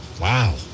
Wow